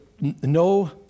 no